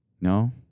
No